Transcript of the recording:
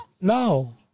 no